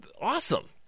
Awesome